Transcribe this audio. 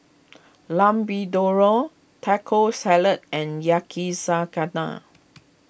Lamb Vindaloo Taco Salad and Yakizakana